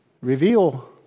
reveal